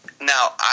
Now